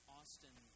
Austin